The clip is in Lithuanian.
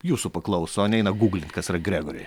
jūsų paklauso o neina gūglint kas yra gregoriai